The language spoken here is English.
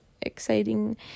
exciting